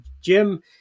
Jim